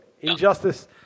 Injustice